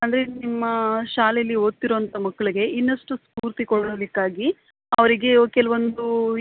ಅಂದರೆ ನಿಮ್ಮ ಶಾಲೆಲ್ಲಿ ಓದ್ತೀರೊಂತ ಮಕ್ಳಿಗೆ ಇನ್ನಷ್ಟು ಸ್ಪೂರ್ತಿ ಕೊಡೊದಕ್ಕಾಗಿ ಅವರಿಗೆ ಕೆಲವೊಂದೂ